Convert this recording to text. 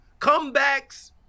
Comebacks